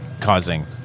causing